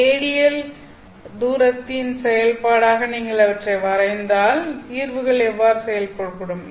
radial தூரத்தின் செயல்பாடாக நீங்கள் அவற்றை வரைந்தால் தீர்வுகள் எவ்வாறு செயல்படக்கூடும்